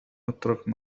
اترك